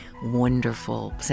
wonderful